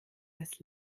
das